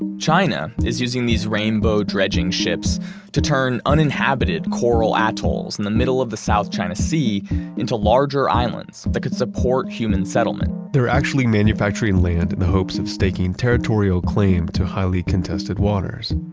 and china is using these rainbow dredging ships to turn uninhabited coral atolls in the middle of the south china sea into larger islands that could support human settlement. they're actually manufacturing land in the hopes of staking territorial claim to highly contested waters.